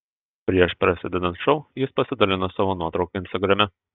prieš prasidedant šou jis pasidalino savo nuotrauka instagrame